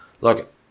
Look